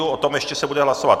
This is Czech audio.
O tom ještě se bude hlasovat.